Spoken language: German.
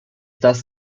dass